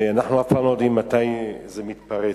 ואנחנו אף פעם לא יודעים מתי זה מתפרץ.